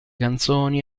canzoni